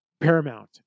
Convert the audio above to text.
paramount